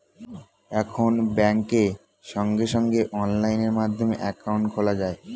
এখন ব্যাংকে সঙ্গে সঙ্গে অনলাইন মাধ্যমে অ্যাকাউন্ট খোলা যায়